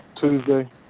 Tuesday